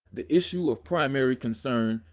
the issue of primary concern,